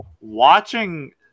watching